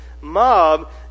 mob